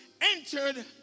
entered